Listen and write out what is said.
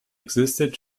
existed